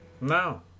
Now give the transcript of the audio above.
No